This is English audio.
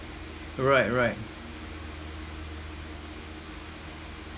right right